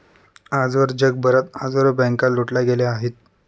आजवर जगभरात हजारो बँका लुटल्या गेल्या आहेत